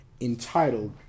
entitled